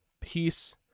peace